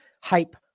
hype